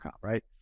right